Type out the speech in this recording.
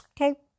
Okay